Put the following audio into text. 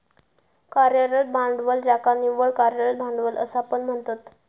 कार्यरत भांडवल ज्याका निव्वळ कार्यरत भांडवल असा पण म्हणतत